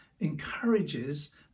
encourages